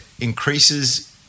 increases